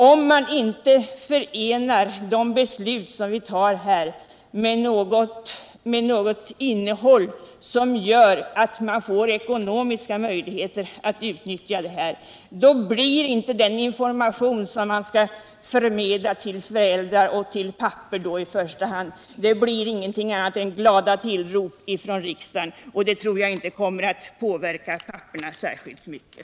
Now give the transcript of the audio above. Om man inte förenar det beslut om rätt till förlängd ledighet som vi nu tar med ekonomiska möjligheter att utnyttja de förmåner lagen erbjuder, då blir den information som man förmedlar till föräldrar — till pappor då i första hand — ingenting annat än glada tillrop från riksdagen, och sådana tror jag inte kommer att påverka papporna särskilt mycket.